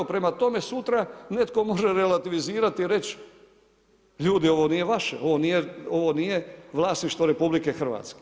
Prema tome, sutra netko može relativizirati i reć ljudi ovo nije vaše, ovo nije vlasništvo RH.